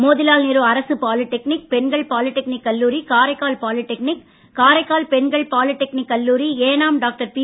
மோதிலால் நேரு அரசு பாலிடெக்னிக் பெண்கள் பாலிடெக்னிக் கல்லூரி காரைக்கால் பாலிடெக்னிக் காரைக்கால் பெண்கள் பாலிடெக்னிக் கல்லூரி ஏனாம் டாக்டர் பி